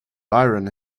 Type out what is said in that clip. byron